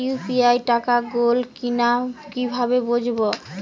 UPI টাকা গোল কিনা কিভাবে বুঝব?